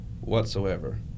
whatsoever